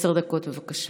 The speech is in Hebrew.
עשר דקות, בבקשה.